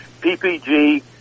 PPG